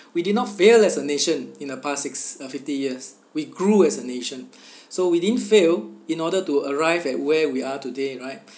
we did not fail as a nation in the past six uh fifty years we grew as a nation so we didn't fail in order to arrive at where we are today right